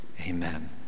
Amen